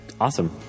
awesome